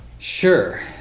Sure